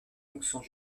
fonctions